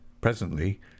presently